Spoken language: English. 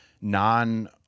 non